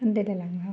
आन्दायलायलाङो आं